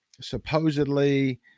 supposedly